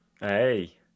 Hey